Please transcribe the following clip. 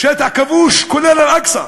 היא שטח כבוש, כולל אל-אקצא.